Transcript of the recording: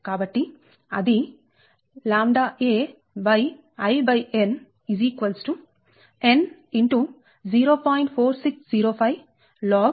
కాబట్టి అది ʎa In n ×0